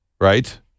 right